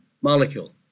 molecule